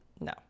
No